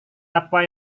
apa